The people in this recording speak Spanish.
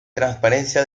transparencia